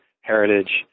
heritage